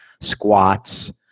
squats